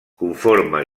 conforma